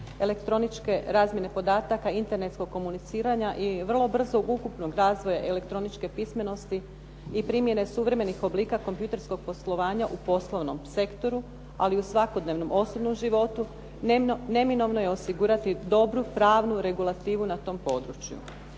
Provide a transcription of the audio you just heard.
elektroničke razmjene podataka, internetskog komuniciranja i vrlo brzog ukupnog razvoja elektroničke pismenosti i primjene suvremenih oblika kompjutorskog poslovanja u poslovnom sektoru ali u svakodnevnom osobnom životu neminovno je osigurati dobru pravnu regulativu na tom području.